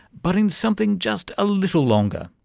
but in something just a little longer,